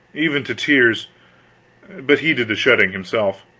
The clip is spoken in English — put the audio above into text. even to tears but he did the shedding himself.